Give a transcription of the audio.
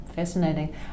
fascinating